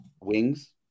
wings